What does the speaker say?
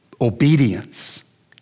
obedience